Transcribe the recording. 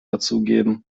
dazugeben